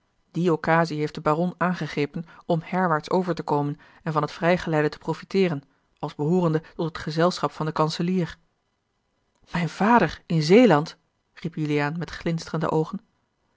die occassie heeft de baron aangegrepen om herwaarts over te komen en van t vrijgeleide te profiteeren als behoorende tot het gezelschap van den kanselier ijn vader in zeeland riep juliaan met glinsterende oogen